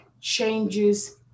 changes